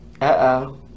Uh-oh